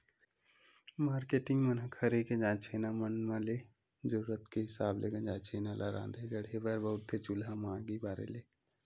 marketing मन ह खरही गंजाय छैना मन म ले जरुरत के हिसाब ले गंजाय छेना ल राँधे गढ़हे बर बउरथे चूल्हा म आगी बारे ले